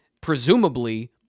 presumably